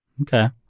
Okay